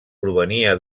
provenia